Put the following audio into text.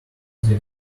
they